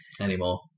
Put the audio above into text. anymore